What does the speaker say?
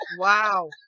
Wow